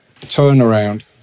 turnaround